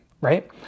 right